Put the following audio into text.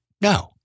no